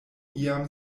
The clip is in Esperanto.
iam